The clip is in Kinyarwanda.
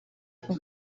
two